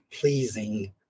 pleasing